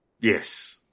Yes